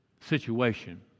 situation